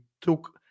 took